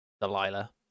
Delilah